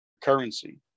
currency